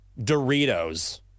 Doritos